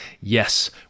Yes